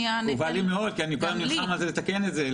כאובה לי מאוד כי אני כל הזמן נלחם לתקן את זה,